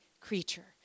creature